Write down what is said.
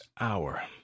hour